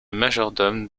majordome